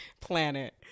planet